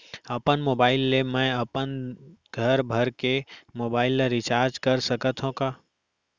अपन मोबाइल ले मैं अपन घरभर के मोबाइल ला रिचार्ज कर सकत हव का?